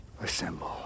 Assemble